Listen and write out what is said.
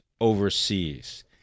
overseas